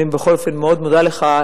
ואני בכל אופן מאוד מודה לך,